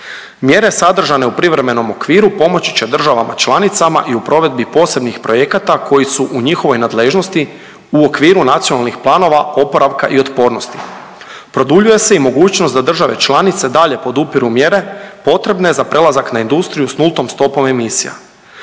Mjere sadržane u privremenom okviru pomoći će državama članicama i u provedbi posebnih projekata koji su u njihovoj nadležnosti u okviru nacionalnih planova oporavka i otpornosti, produljuje se i mogućnost da države članice dalje podupiru mjere potrebne za prelazak na industriju s nultom stopom emisija.